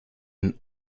and